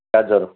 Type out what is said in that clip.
ଗାଜର